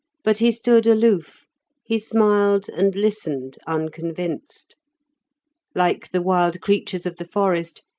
but he stood aloof he smiled and listened, unconvinced like the wild creatures of the forest,